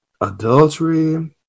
adultery